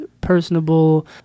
personable